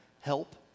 help